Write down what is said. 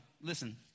Listen